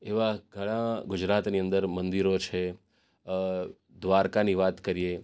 એવા ઘણા ગુજરાતની અંદર મંદિરો છે દ્વારકાની વાત કરીએ